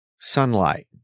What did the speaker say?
sunlight